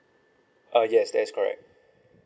uh yes that is correct